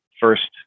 first